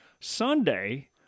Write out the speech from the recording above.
Sunday